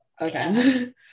Okay